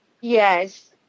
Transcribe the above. Yes